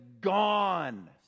gone